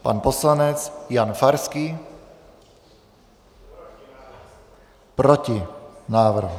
Pan poslanec Jan Farský: Proti návrhu.